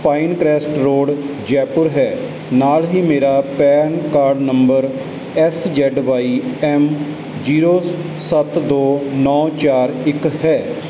pine crust road Jaipur ਹੈ ਨਾਲ ਹੀ ਮੇਰਾ PAN card number S Z Y M zero ਸੱਤ ਦੋ ਨੌਂ ਚਾਰ ਇੱਕ ਹੈ